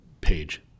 page